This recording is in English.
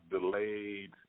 delayed